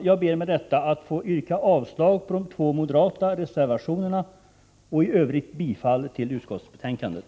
Jag ber att med detta få yrka avslag på de två moderata reservationerna och bifall till hemställan i utskottsbetänkandet.